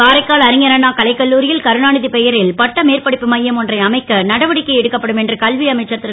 காரைக்கால் அறிஞர் அண்ணா கலைக்கல்லூரி ல் கருணா அ பெயரில் பட்ட மேற்படிப்பு மையம் ஒன்றை அமைக்க நடவடிக்கை எடுக்கப்படும் என்று கல்வி அமைச்சர் ரு